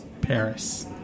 Paris